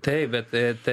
taip bet